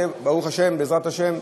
ברוך השם,